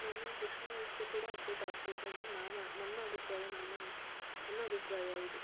ನಮ್ಮ ಶಿಕ್ಷಣ ವ್ಯವಸ್ಥೆ ಕೂಡ ಅಪ್ಡೇಟ್ ಆಗ್ಬೇಕೆಂದು ನಾನು ನನ್ನ ಅಭಿಪ್ರಾಯ ನಾ ನನ್ನ ನನ್ನ ಅಭಿಪ್ರಾಯ ಇದು